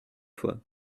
fois